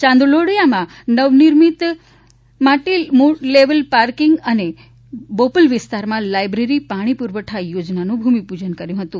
યાંદલોડિયામાં નવનિર્મિત multi level parking અને બોપલ વિસ્તારમાં લાઇબ્રેરી પાણી પુરવઠા યોજનાનું ભૂમિપૂજન કર્યું હતું